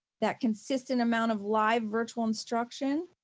that consistent amount of live virtual instruction,